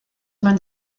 man